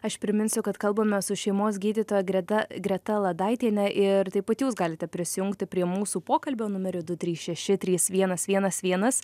aš priminsiu kad kalbamės su šeimos gydytoja greta greta ladaitiene ir taip pat jūs galite prisijungti prie mūsų pokalbio numeriu du trys šeši trys vienas vienas vienas